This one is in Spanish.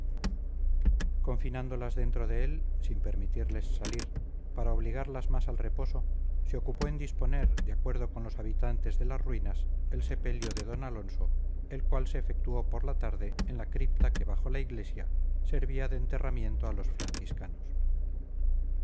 confinándolas dentro de él sin permitirles salir para obligarlas más al reposo se ocupó en disponer de acuerdo con los habitantes de las ruinas el sepelio de d alonso el cual se efectuó por la tarde en la cripta que bajo la iglesia servía de enterramiento a los franciscanos